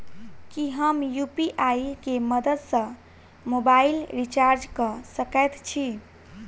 की हम यु.पी.आई केँ मदद सँ मोबाइल रीचार्ज कऽ सकैत छी?